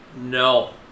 No